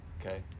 Okay